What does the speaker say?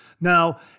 Now